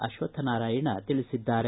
ಅಶ್ವಕ್ಷನಾರಾಯಣ ತಿಳಿಸಿದ್ದಾರೆ